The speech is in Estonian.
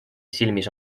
silmis